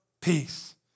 Peace